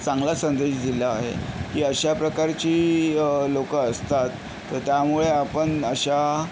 चांगला संदेश दिला आहे की अशा प्रकारची लोकं असतात तर त्यामुळे आपण अशा